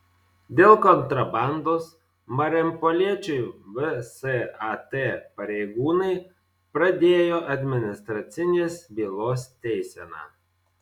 dėl kontrabandos marijampoliečiui vsat pareigūnai pradėjo administracinės bylos teiseną